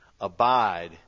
Abide